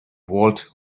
vault